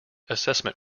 assessment